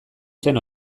zen